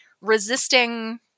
resisting